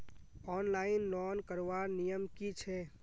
Online loan करवार नियम की छे?